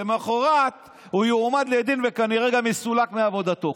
למוחרת הוא יועמד לדין וכנראה גם יסולק מעבודתו,